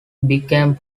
became